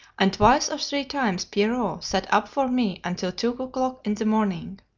and twice or three times pierrot sat up for me until two o'clock in the morning.